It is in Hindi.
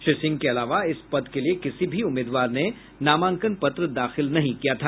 श्री सिंह के अलावा इस पद के लिए किसी भी उम्मीदवार ने नामांकन पत्र दाखिल नहीं किया था